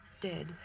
dead